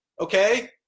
okay